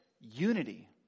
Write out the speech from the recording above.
Unity